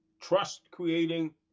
trust-creating